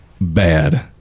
bad